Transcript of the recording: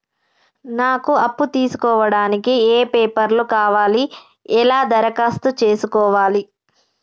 నాకు అప్పు తీసుకోవడానికి ఏ పేపర్లు కావాలి ఎలా దరఖాస్తు చేసుకోవాలి?